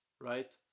right